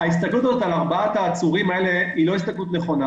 ההסתכלות הזאת על ארבעת העצורים האלה היא לא הסתכלות נכונה